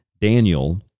Daniel